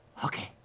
okay.